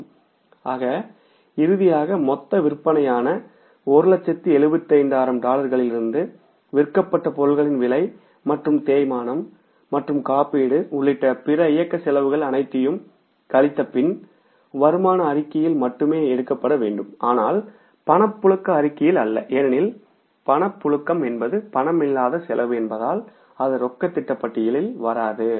ஆக இறுதியாக மொத்த விற்பனையான 175000 டாலர்களில் இருந்து விற்கப்பட்ட பொருட்களின் விலை மற்றும் தேய்மானம் மற்றும் காப்பீட்டு உள்ளிட்ட பிற ஆப்ரேட்டிங் காஸ்ட் அனைத்தையும் கழித்தபின் வருமான அறிக்கையில் மட்டுமே எடுக்கப்பட வேண்டும் ஆனால் பணப்புழக்க அறிக்கையில் அல்ல ஏனெனில் தேய்மானம் என்பது ரொக்கமில்லாத செலவு என்பதால் அது ரொக்க திட்ட பட்டியலில் வராது